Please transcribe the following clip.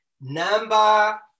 Number